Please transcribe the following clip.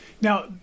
Now